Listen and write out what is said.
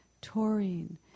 taurine